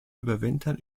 überwintern